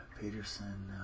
Peterson